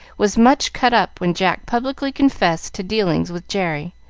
was much cut up when jack publicly confessed to dealings with jerry,